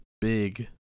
big